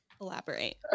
elaborate